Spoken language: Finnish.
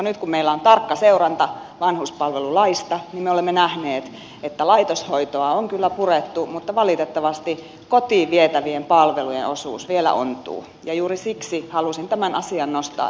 nyt kun meillä on tarkka seuranta vanhuspalvelulaista me olemme nähneet että laitoshoitoa on kyllä purettu mutta valitettavasti kotiin vietävien palvelujen osuus vielä ontuu ja juuri siksi halusin tämän asian nostaa esille